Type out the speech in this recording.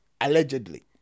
Allegedly